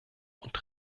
und